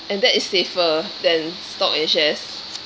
and that is safer than stock and shares